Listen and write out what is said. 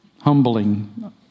humbling